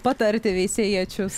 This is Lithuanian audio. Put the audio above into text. patarti veisiejiečius